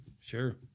sure